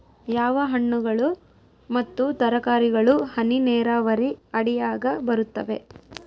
ಯಾವ ಹಣ್ಣುಗಳು ಮತ್ತು ತರಕಾರಿಗಳು ಹನಿ ನೇರಾವರಿ ಅಡಿಯಾಗ ಬರುತ್ತವೆ?